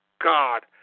God